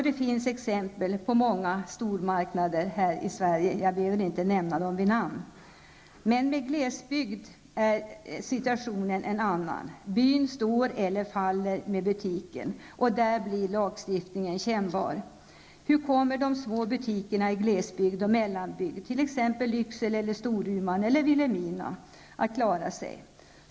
Det finns exempel på många stormarknader här i Sverige. Jag behöver inte nämna dem vid namn. Men i glesbygd är situationen en annan. Byn står och faller med butiken. Där blir lagstiftningen kännbar. Hur kommer de små butikerna i glesbygd och mellanbygd, t.ex. i Lycksele, Storuman eller Vilhelmina att klara sig?